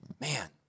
Man